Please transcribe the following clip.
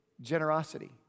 Generosity